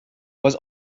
was